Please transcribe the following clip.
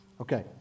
Okay